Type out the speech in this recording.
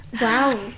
Wow